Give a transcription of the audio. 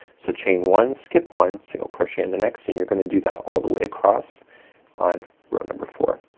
so chain one, skip one, single crochet in the next and you're gonna do that all the way across on row number four.